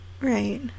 Right